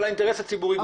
אבל האינטרס הציבורי גובר.